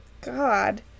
God